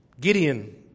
Gideon